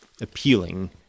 appealing